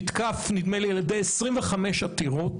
נתקף על ידי 25 עתירות,